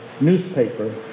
newspaper